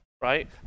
right